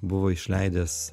buvo išleidęs